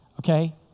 okay